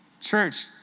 Church